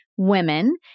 women